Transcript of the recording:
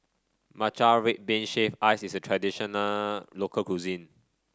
Matcha Red Bean Shaved Ice is a traditional local cuisine